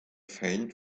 faint